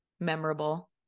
memorable